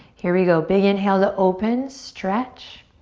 here we go, big inhale to open. stretch.